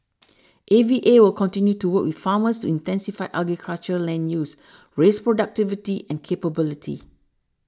A V A will continue to work with farmers to intensify agriculture land use raise productivity and capability